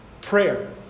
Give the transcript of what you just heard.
Prayer